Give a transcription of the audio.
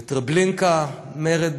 בטרבלינקה, מרד.